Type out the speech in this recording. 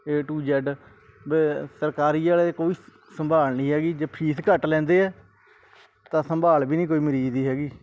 A to Z ਬ ਸਰਕਾਰੀ ਵਾਲੇ ਕੋਈ ਸ ਸੰਭਾਲ ਨਹੀਂ ਹੈਗੀ ਜੇ ਫੀਸ ਘੱਟ ਲੈਂਦੇ ਆ ਤਾਂ ਸੰਭਾਲ ਵੀ ਨਹੀਂ ਕੋਈ ਮਰੀਜ਼ ਦੀ ਹੈਗੀ